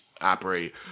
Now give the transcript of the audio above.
operate